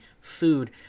food